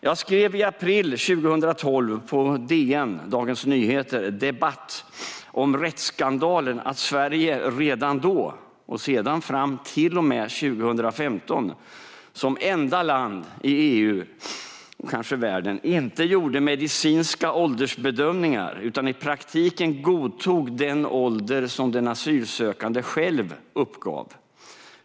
Jag skrev i april 2012 på DN Debatt om rättsskandalen att Sverige redan då, och sedan fram till och med 2015, som enda land i EU, och kanske i världen, inte gjorde medicinska åldersbedömningar utan i praktiken godtog den ålder som den asylsökande själv uppgav.